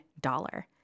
dollar